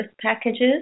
packages